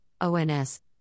ONS